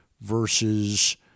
versus